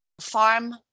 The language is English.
farm